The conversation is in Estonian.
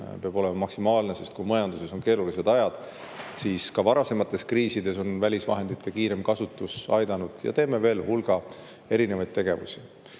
peab olema maksimaalne, sest kui majanduses on olnud keerulised ajad, siis ka varasemates kriisides on välisvahendite kiirem kasutamine aidanud. Ja teeme veel hulga eri tegevusi. Kindluse